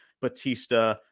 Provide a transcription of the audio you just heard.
Batista